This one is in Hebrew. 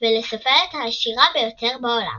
ולסופרת העשירה ביותר בעולם.